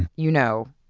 you know,